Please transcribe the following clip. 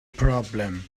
problem